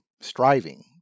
striving